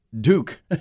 Duke